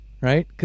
right